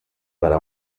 para